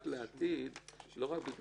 ולכן זה יחול --- זה טוב לכל החייבים.